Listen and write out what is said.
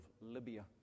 Libya